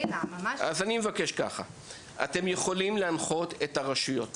אתם יכולים להנחות את הרשויות